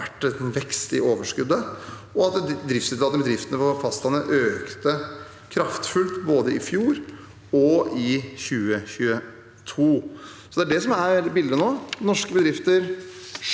vært en vekst i overskuddet, og at driftsresultatet til bedriftene på fastlandet økte kraftfullt både i fjor og i 2022. Det er det som er bildet nå. Selv med den